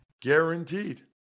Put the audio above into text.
guaranteed